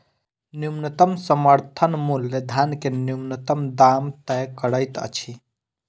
न्यूनतम समर्थन मूल्य धान के न्यूनतम दाम तय करैत अछि